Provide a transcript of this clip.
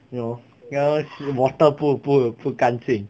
you know ya lor 是 water 不不不干净